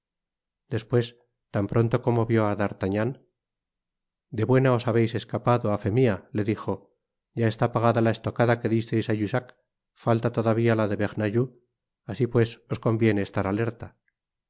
despues tan pronto como vió á d'artagnan de buena os habeis escapado á fé mia le dijo ya está pagada la estocada que disteis á jussac falta todavia la de bernajoux asi pues os conviene estar alerta